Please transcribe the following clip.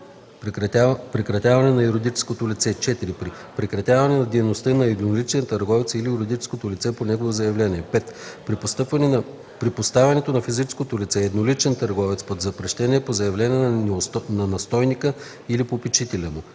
прекратяване на юридическото лице; 4. при прекратяване дейността на едноличния търговец или юридическото лице – по негово заявление; 5. при поставянето на физическото лице – едноличен търговец, под запрещение – по заявление на настойника или попечителя му.